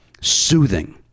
soothing